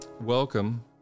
welcome